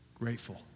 grateful